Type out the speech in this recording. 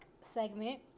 segment